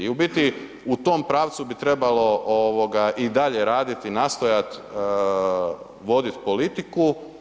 biti u tom pravcu bi trebalo i dalje raditi i nastojati voditi politiku.